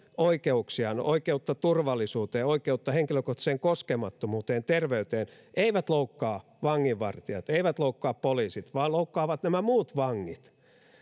oikeuksiaan oikeutta turvallisuuteen oikeutta henkilökohtaiseen koskemattomuuteen terveyteen eivät loukkaa vanginvartijat eivät loukkaa poliisit vaan loukkaavat nämä muut vangit